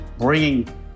bringing